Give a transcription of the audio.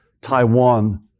Taiwan